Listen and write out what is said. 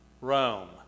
Rome